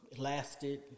Lasted